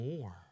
more